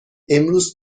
امروز